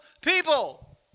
people